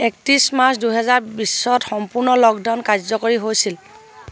একত্ৰিছ মাৰ্চ দুহেজাৰ বিছত সম্পূৰ্ণ লকডাউন কাৰ্যকৰী হৈছিল